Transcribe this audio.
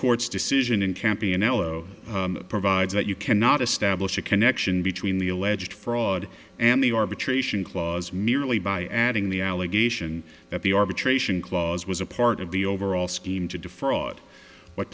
court's decision in campion elo provides that you cannot establish a connection between the alleged fraud and the arbitration clause merely by adding the allegation that the arbitration clause was a part of the overall scheme to defraud